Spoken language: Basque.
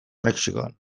mexikon